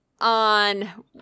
on